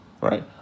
right